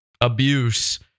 abuse